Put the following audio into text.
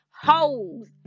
Hoes